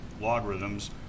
logarithms